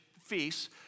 feasts